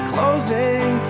Closing